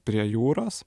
prie jūros